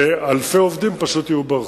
ואלפי עובדים פשוט יהיו ברחוב.